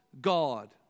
God